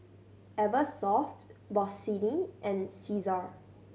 Eversoft Bossini and Cesar